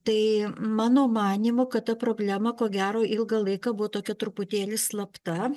tai mano manymu kad ta problema ko gero ilgą laiką buvo tokia truputėlį slapta